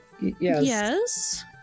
Yes